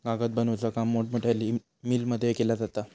कागद बनवुचा काम मोठमोठ्या मिलमध्ये केला जाता